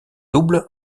double